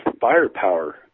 firepower